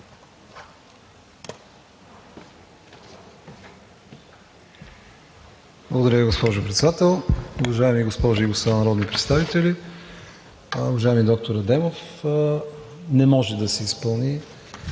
Благодаря Ви, госпожо Председател. Уважаеми госпожи и господа народни представители! Уважаеми доктор Адемов, не може да се изпълни